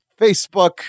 Facebook